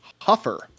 huffer